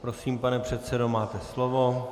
Prosím, pane předsedo, máte slovo.